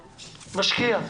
- משקיע.